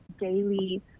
daily